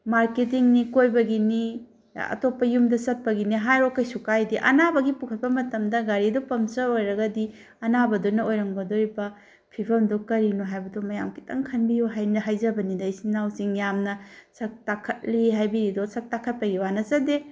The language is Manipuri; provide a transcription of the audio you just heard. ꯃꯥꯔꯀꯦꯇꯤꯡꯅꯤ ꯀꯣꯏꯕꯒꯤꯅꯤ ꯑꯇꯣꯞꯄ ꯌꯨꯝꯗ ꯆꯠꯄꯒꯤꯅꯤ ꯍꯥꯏꯔꯣ ꯀꯩꯁꯨ ꯀꯥꯏꯗꯦ ꯑꯅꯥꯕꯒꯤ ꯄꯨꯈꯠꯄ ꯃꯇꯝꯗ ꯒꯥꯔꯤꯗꯨ ꯄꯪꯆꯔ ꯑꯣꯏꯔꯒꯗꯤ ꯑꯅꯥꯕꯗꯨꯅ ꯑꯣꯏꯔꯝꯒꯗꯧꯔꯤꯕ ꯐꯤꯕꯝꯗꯨ ꯀꯔꯤꯅꯣ ꯍꯥꯏꯕꯗꯨ ꯃꯌꯥꯝ ꯈꯤꯇꯪ ꯈꯟꯕꯤꯌꯣ ꯍꯥꯏꯖꯕꯅꯤꯗ ꯏꯆꯤꯟ ꯏꯅꯥꯎꯁꯤꯡ ꯌꯥꯝꯅ ꯁꯛ ꯇꯥꯈꯠꯂꯤ ꯍꯥꯏꯕꯤꯔꯤꯗꯣ ꯁꯛ ꯇꯥꯈꯠꯄꯒꯤ ꯋꯥ ꯅꯠꯆꯗꯦ